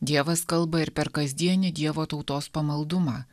dievas kalba ir per kasdienį dievo tautos pamaldumą